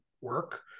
work